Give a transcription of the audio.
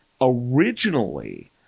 originally